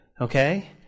Okay